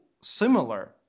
similar